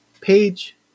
Page